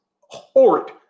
horrid